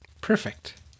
Perfect